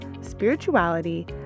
spirituality